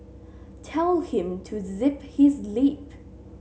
tell him to zip his lip